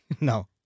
No